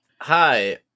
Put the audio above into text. Hi